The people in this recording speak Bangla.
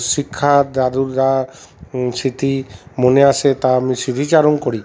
শিক্ষা দাদুররা স্মৃতি মনে আসে তা আমি স্মৃতিচারণ করি